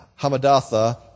Hamadatha